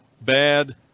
bad